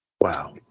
wow